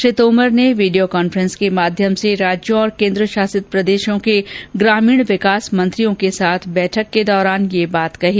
श्री तोमर ने कल video conference के माध्यम से राज्यों और केन्द्रशासित प्रदेशों के ग्रामीण विकास मंत्रियों के साथ बैठक के दौरान यह बात कही